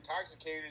intoxicated